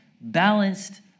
balanced